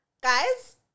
guys